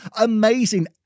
amazing